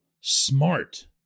smart